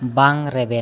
ᱵᱟᱝ ᱨᱮᱵᱮᱱ